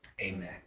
Amen